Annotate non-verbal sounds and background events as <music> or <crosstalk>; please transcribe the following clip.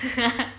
<laughs>